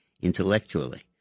intellectually